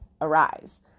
arise